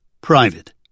Private